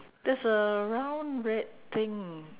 there's a round red thing